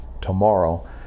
tomorrow